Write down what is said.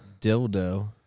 Dildo